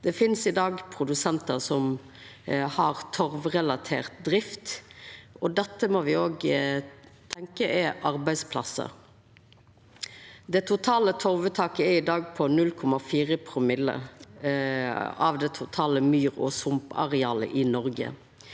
i dag produsentar som har torvrelatert drift, og dette må me òg tenkja er arbeidsplassar. Det totale torvuttaket er i dag på 0,4 promille av det totale myr- og sumparealet i Noreg,